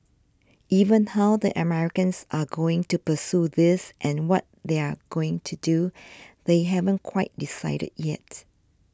even how the Americans are going to pursue this and what they're going to do they haven't quite decided yet